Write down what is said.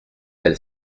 elle